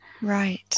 Right